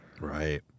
Right